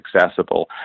accessible